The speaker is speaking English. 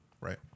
right